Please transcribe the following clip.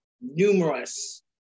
numerous